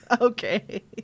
Okay